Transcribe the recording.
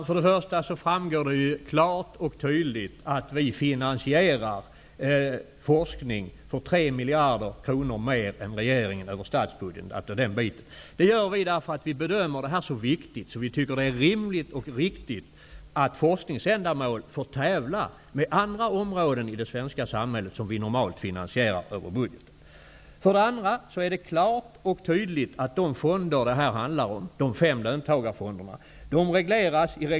För det första framgår det klart och tydligt att vi finansierar forskning för 3 miljarder kronor mer än regeringen gör, och det sker över statsbudgeten. Vi bedömer nämligen att detta är så viktigt att det är rimligt och riktigt att forskningsändamål får tävla med andra områden i det svenska samhället som vi normalt finansierar över budgeten.